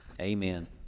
Amen